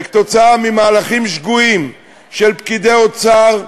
עקב מהלכים שגויים של פקידי האוצר,